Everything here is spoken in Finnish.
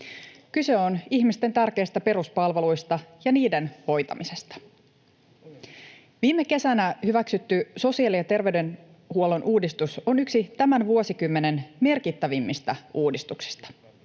Kyse on ihmisten tärkeistä peruspalveluista ja niiden hoitamisesta. Viime kesänä hyväksytty sosiaali- ja terveydenhuollon uudistus on yksi tämän vuosikymmenen merkittävimmistä uudistuksista.